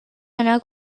anar